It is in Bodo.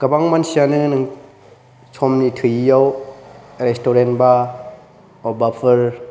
गोबां मानसियानो समनि थोयैआव रेस्टुरेन्ट एबा बबेबाफोर